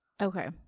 okay